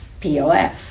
POF